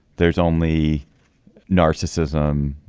there's only narcissism.